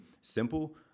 simple